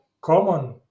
common